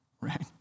right